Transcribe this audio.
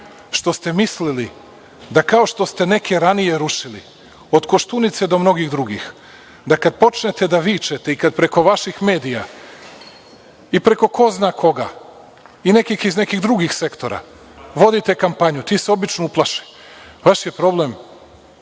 što ste misli da kao što ste neke ranije rušili od Koštunice do mnogih drugih, da kada počnete da vičete i kada preko vaših medija i preko ko zna koga i nekih iz nekih drugih sektora vodite kampanju, ti se obično uplaše. Vaš je problem